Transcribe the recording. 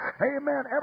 Amen